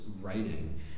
writing